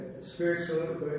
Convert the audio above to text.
spiritual